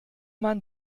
man